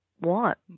want